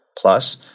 plus